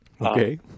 okay